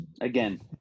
Again